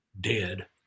dead